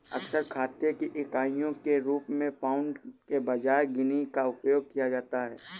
अक्सर खाते की इकाइयों के रूप में पाउंड के बजाय गिनी का उपयोग किया जाता है